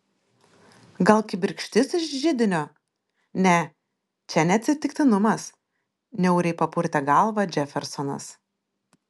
gal kibirkštis iš židinio ne čia ne atsitiktinumas niauriai papurtė galvą džefersonas